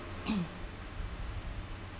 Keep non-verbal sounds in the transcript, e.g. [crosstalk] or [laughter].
[coughs]